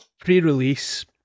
pre-release